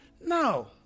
No